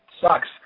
sucks